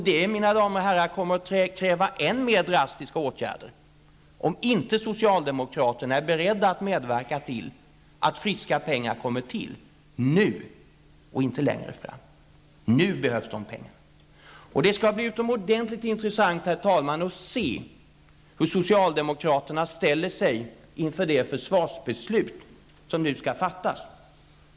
Det, mina damer och herrar, kommer att kräva än mer drastiska åtgärder om inte socialdemokraterna är beredda att medverka till att friska pengar kommer till, och det nu och inte längre fram. Det är nu som dessa pengar behövs. Herr talman! Det skall bli utomordentligt intressant att se hur socialdemokraterna ställer sig inför det försvarsbeslut som nu skall fattas.